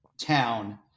town